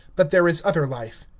but there is other life.